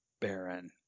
Baron